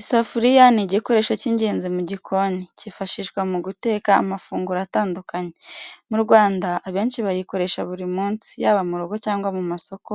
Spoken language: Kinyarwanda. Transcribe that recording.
Isafuriya ni igikoresho cy’ingenzi mu gikoni, cyifashishwa mu guteka amafunguro atandukanye. Mu Rwanda, abenshi bayikoresha buri munsi, yaba mu rugo cyangwa mu masoko,